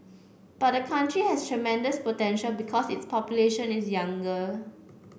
but the country has tremendous potential because its population is younger